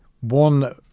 one